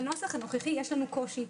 אני רק אומרת שבנוסח הנוכחי יש לנו קושי.